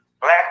Black